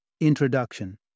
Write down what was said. Introduction